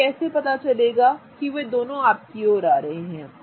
मुझे कैसे पता चलेगा कि वे दोनों आपकी ओर आ रहे हैं